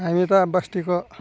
हामी त बस्तीको